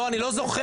לא אני לא זוכר,